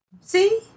See